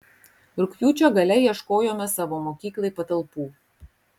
rugpjūčio gale ieškojome savo mokyklai patalpų